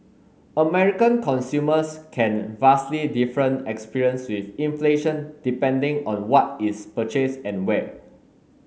American consumers can vastly different experience with inflation depending on what is purchased and where